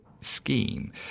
scheme